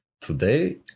today